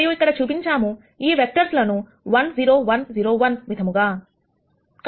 మరియు ఇక్కడ చూపించాము ఈ 2 వెక్టర్స్ లను 1 0 1 0 1 విధముగా